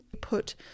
put